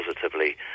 positively